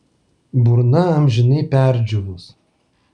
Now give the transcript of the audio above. burna amžinai perdžiūvus